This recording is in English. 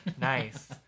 Nice